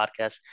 Podcasts